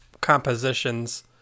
compositions